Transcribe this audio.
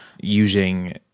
using